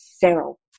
feral